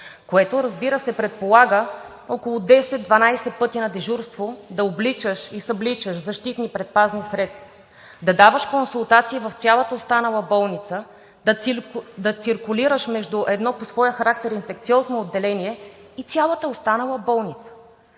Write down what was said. което, разбира се, предполага около 10-12 пъти на дежурство да обличаш и събличаш защитни предпазни средства, да даваш консултации в цялата останала болница, да циркулираш между едно по своя характер инфекциозно отделение и цялата останала болница.